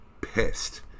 pissed